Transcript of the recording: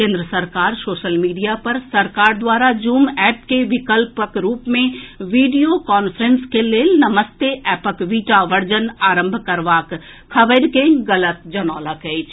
केन्द्र सरकार social media पर सरकार द्वारा जूम एप के विकल्प रूप मे वीडियो कांफ्रेंस के लेल नमस्ते एपक वीटा वर्जन आरंभ करबाक खबरि के गलत जनौलक अछि